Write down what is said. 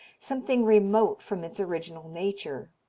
something remote from its original nature.